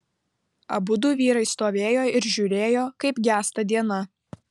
abudu vyrai stovėjo ir žiūrėjo kaip gęsta diena